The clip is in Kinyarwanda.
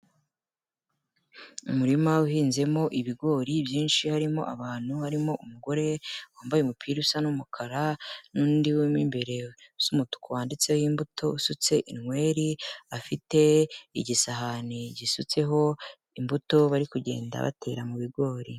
Umurima uhinzemo ibigori byinshi harimo abantu, harimo umugore wambaye umupira usa n'umukara n'undi mo imbere z'umutuku wanditseho imbuto, usutse inweri, afite igisahani gisutseho imbuto bari kugenda batera mu bigori.